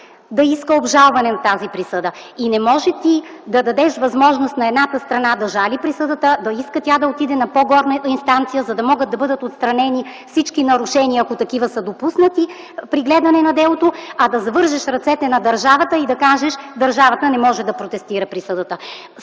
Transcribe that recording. да иска обжалване на тази присъда. Не може ти да дадеш възможност на едната страна да жали присъдата, да иска тя да отиде на по-горна инстанция, за да могат да бъдат отстранени всички нарушения, ако такива са допуснати при гледане на делото, а да завържеш ръцете на държавата и да кажеш: държавата не може да протестира присъдата.